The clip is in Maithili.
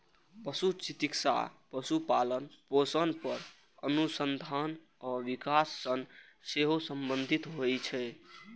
पशु चिकित्सा पशुपालन, पोषण पर अनुसंधान आ विकास सं सेहो संबंधित होइ छै